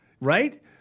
right